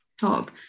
top